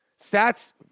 Stats